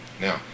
now